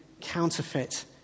counterfeit